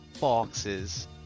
boxes